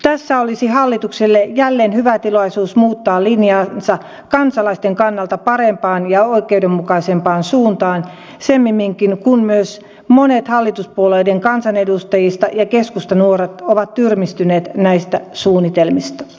tässä olisi hallitukselle jälleen hyvä tilaisuus muuttaa linjaansa kansalaisten kannalta parempaan ja oikeudenmukaisempaan suuntaan semminkin kun myös monet hallituspuolueiden kansanedustajista ja keskustanuoret ovat tyrmistyneet näistä suunnitelmista